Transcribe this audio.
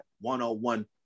one-on-one